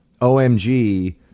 OMG